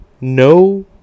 no